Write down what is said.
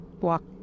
walk